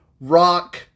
rock